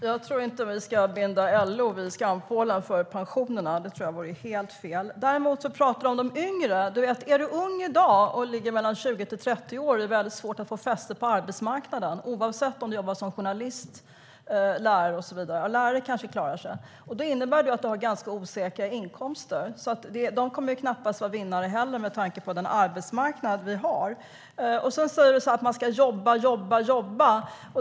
Herr talman! Vi ska inte binda LO vid skampålen för pensionerna. Det tror jag vore helt fel. Däremot talar du om de yngre. Om du är ung i dag och är 20-30 år är det väldigt svårt att få fäste på arbetsmarknaden oavsett om du jobbar som journalist, lärare och så vidare. Lärare kanske klarar sig. Det innebär att du har ganska osäkra inkomster. De kommer heller knappast att vara vinnare med tanke på den arbetsmarknad vi har. Du säger att man ska jobba, jobba och jobba.